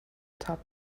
top